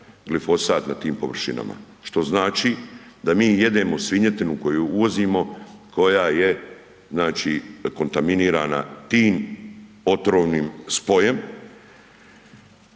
glifosat na tim površinama, što znači da mi jedemo svinjetinu koju uvozimo koja je znači kontaminirana tim otrovnim spojem.